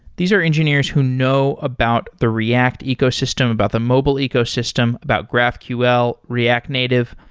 these are engineers who know about the react ecosystem, about the mobile ecosystem, about graphql, react native.